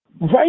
Right